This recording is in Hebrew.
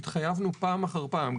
התחייבנו פעם אחר פעם,